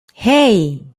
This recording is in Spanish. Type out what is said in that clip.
hey